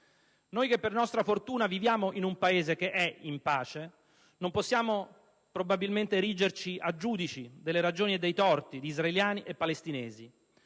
Noi che per nostra fortuna viviamo in un Paese che è in pace non possiamo probabilmente erigerci a giudici delle ragioni e dei torti di israeliani e palestinesi,